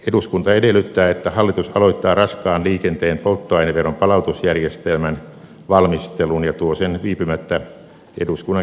eduskunta edellyttää että hallitus aloittaa raskaan liikenteen polttoaineveron palautusjärjestelmän valmistelun ja tuo sen viipymättä eduskunnan käsiteltäväksi